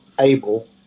able